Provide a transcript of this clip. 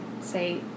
say